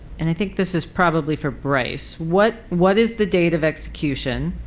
and i think this is probably for bryce what what is the date of execution?